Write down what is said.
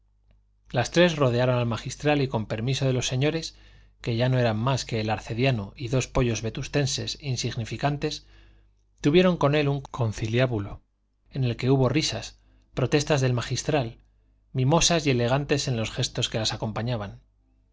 las tres rodearon al magistral y con permiso de los señores que ya no eran más que el arcediano y dos pollos vetustenses insignificantes tuvieron con él un conciliábulo en que hubo risas protestas del magistral mimosas y elegantes en los gestos que las acompañaban